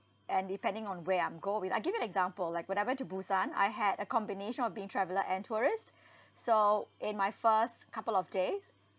and depending on where I'm going I give you an example like when I went to busan I had a combination of being traveller and tourist so in my first couple of days